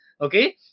Okay